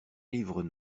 livres